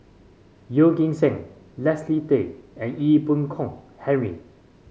Yeo Kim Seng Leslie Tay and Ee Boon Kong Henry